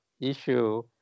issue